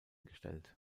gestellt